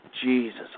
Jesus